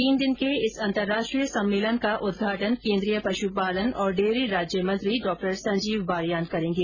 तीन दिन के इस अंतर्राष्ट्रीय सम्मेलन का उदघाटन केन्द्रीय पशुपालन और डेयरी राज्य मंत्री डॉ संजीव बालियान करेंगे